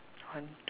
one two three